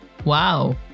Wow